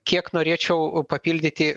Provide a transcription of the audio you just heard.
kiek norėčiau papildyti